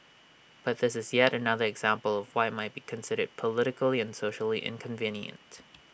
but this is yet another example of what might be considered politically and socially inconvenient